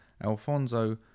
Alfonso